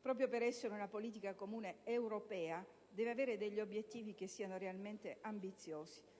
proprio per essere una politica comune europea, deve avere degli obiettivi che siano realmente ambiziosi.